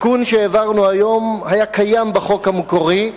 התיקון שהעברנו היום היה קיים בחוק המקורי,